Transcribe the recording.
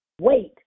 Wait